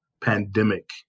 pandemic